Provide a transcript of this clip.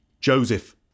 Joseph